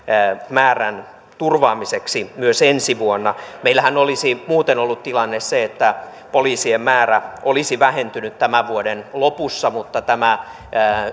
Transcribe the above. määrän turvaamiseksi myös ensi vuonna meillähän olisi muuten ollut tilanne se että poliisien määrä olisi vähentynyt tämän vuoden lopussa mutta tämä